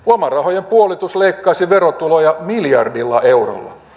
lomarahojen puolitus leikkaisi verotuloja miljardilla eurolla